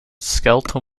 skeletal